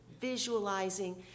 visualizing